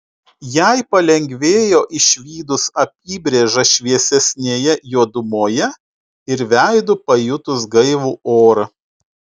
jai palengvėjo išvydus apybrėžą šviesesnėje juodumoje ir veidu pajutus gaivų orą